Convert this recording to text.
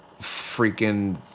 freaking